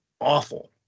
awful